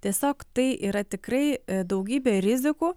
tiesiog tai yra tikrai daugybė rizikų